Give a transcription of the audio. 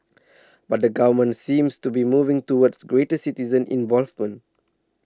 but the government seems to be moving towards greater citizen involvement